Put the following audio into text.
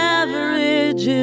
average